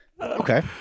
Okay